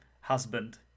husband